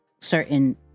certain